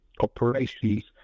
operations